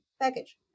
package